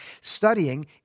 Studying